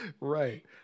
right